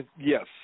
Yes